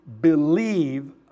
believe